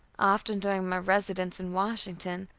often, during my residence in washington,